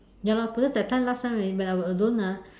ya lor because that time last time already when I alone ah